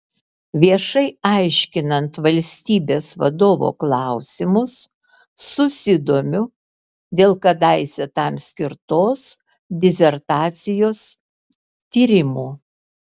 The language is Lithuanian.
viešai aiškinant valstybės vadovo klausimus susidomiu dėl kadaise tam skirtos disertacijos tyrimų